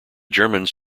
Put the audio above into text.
germans